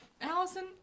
Allison